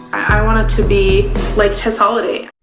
i wanted to be like tess holliday.